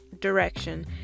direction